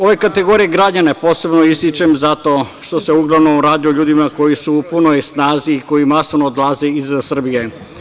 Ove kategorije građana posebno ističem zato što se uglavnom radi o ljudima koji su u punoj snazi, koji masovno odlaze iz Srbije.